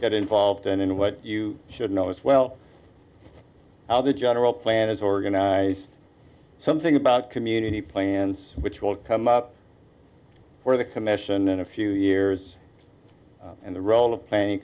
get involved in in what you should know as well how the general plan is organized something about community plans which will come up for the commission in a few years and the role of play